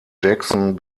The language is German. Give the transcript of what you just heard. jackson